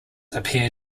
appear